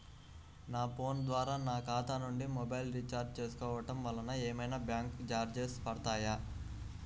నా ఫోన్ ద్వారా నా ఖాతా నుండి మొబైల్ రీఛార్జ్ చేసుకోవటం వలన ఏమైనా బ్యాంకు చార్జెస్ పడతాయా?